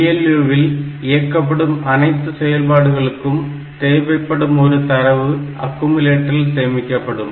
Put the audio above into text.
ALU இல் இயக்கப்படும் அனைத்து செயல்பாடுகளுக்கும் தேவைப்படும் ஒரு தரவு அக்குமுலேட்டரில் சேமிக்கப்படும்